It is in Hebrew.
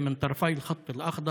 תבקש להאריך שוב את חוק איסור איחוד